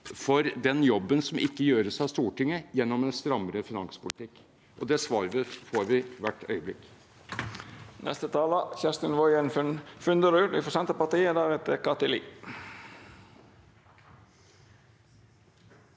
for den jobben som ikke gjøres av Stortinget, gjennom en strammere finanspolitikk. Det svaret får vi hvert øyeblikk.